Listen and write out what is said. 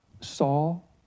Saul